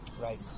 Right